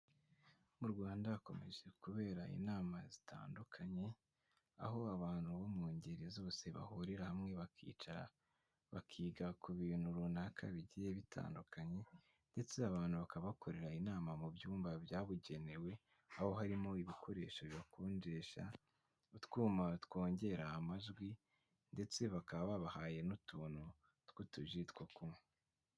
Mu Rwanda hakomeje kubera inama zitandukanye, aho abantu bo mu ngeri zose bahurira hamwe bakicara bakiga ku bintu runaka bigiye bitandukanye, ndetse abantu bakaba bakorera inama mu byumba byabugenewe, aho harimo ibikoresho bibakonjesha, utwuma twongera amajwi ndetse bakaba babahaye n'utuntu tw'utuji two kunywa.